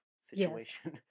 situation